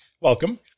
Welcome